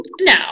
no